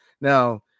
Now